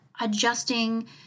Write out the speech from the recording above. adjusting